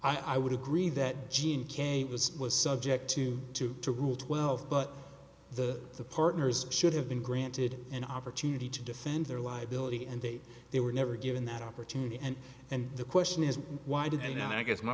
i would agree that jean king a was was subject to two to rule twelve but the the partners should have been granted an opportunity to defend their liability and they they were never given that opportunity and then the question is why did they not i guess my